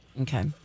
Okay